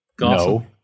No